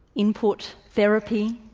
input, therapy,